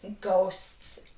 ghosts